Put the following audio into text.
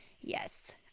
yes